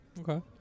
okay